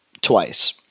Twice